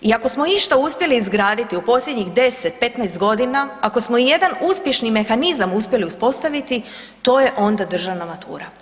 I ako smo išta uspjeli izgraditi u posljednjih 10-15.g., ako smo ijedan uspješni mehanizam uspjeli uspostaviti to je onda državna matura.